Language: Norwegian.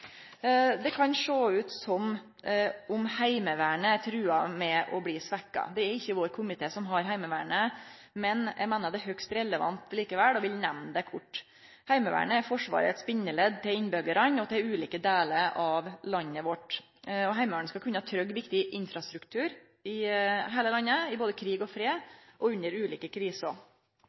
Det kan sjå ut som om Heimevernet er truga av å bli svekt. Det er ikkje vår komité som har Heimevernet, men eg meiner det er høgst relevant likevel, og eg vil nemne det kort. Heimevernet er Forsvarets bindeledd til innbyggjarane og til ulike delar av landet vårt. Heimevernet skal kunne tryggje viktig infrastruktur i heile landet, i både krig og fred og under ulike